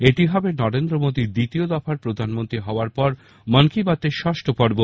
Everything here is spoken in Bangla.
এটি হবে নরেন্দ্র মোদীর দ্বিতীয় দফায় প্রধানমন্ত্রী হওয়ার পর মন কি বাতএর ষষ্ঠ পর্ব